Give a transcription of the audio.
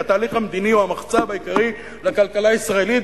כי התהליך המדיני הוא המחצב העיקרי לכלכלה הישראלית,